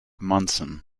munson